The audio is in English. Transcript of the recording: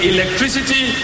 Electricity